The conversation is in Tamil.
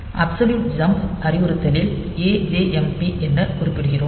அப்சொலியூட் ஜம்ப் அறிவுறுத்தலில் ajmp என குறிப்பிடுகிறோம்